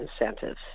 incentives